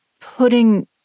putting